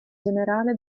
generale